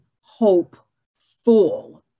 hopeful